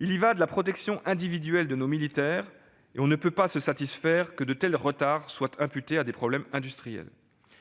Il y va de la protection individuelle de nos militaires. On ne saurait se satisfaire que de tels retards soient imputés à des problèmes industriels.